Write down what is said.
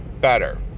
better